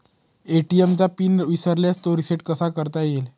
ATM चा pin विसरल्यास तो रिसेट कसा करता येईल?